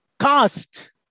Cast